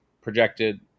projected